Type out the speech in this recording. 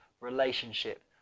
relationship